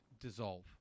dissolve